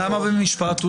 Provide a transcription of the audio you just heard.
למה במשפט?